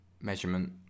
measurement